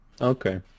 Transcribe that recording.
Okay